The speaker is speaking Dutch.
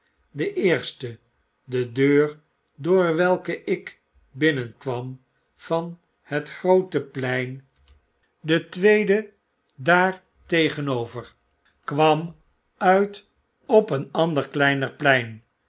de eerste de deur door welke ik binnenkwam van het groote plein de overdbukken tweede daar tegenover kwam uit opeenander kleiner plein